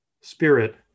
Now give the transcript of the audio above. Spirit